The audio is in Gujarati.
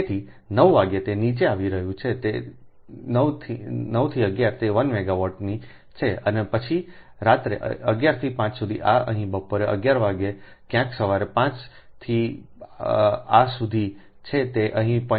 તેથી 9 વાગ્યે તે નીચે આવી રહ્યું છે 9 થી 11 તે 1 મેગાવોટની છે અને પછી રાત્રે 11 થી 5 સુધી આ અહીં બપોરે 11 વાગ્યે ક્યાંક સવારે 5 થી આ સુધી છે તે અહીં 0